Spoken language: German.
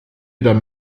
dann